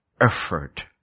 effort